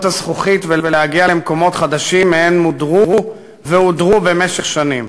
הזכוכית ולהגיע למקומות חדשים שמהם מודרו והודרו במשך שנים.